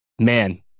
man